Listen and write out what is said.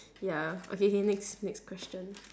ya okay K next next question